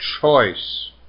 choice